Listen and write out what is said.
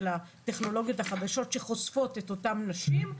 הטכנולוגיות החדשות שחושפות את אותן נשים,